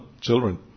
children